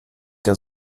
der